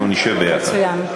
אנחנו נשב ביחד.